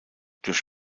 durch